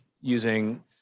using